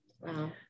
Wow